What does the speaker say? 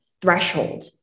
threshold